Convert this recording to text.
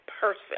person